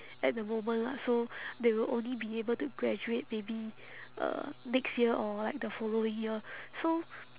at the moment [what] so they will only be able to graduate maybe uh next year or like the following year so